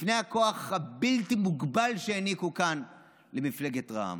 לפני הכוח הבלתי-מוגבל שהעניקו כאן למפלגת רע"מ.